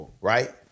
Right